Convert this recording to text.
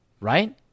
Right